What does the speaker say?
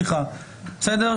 בסדר?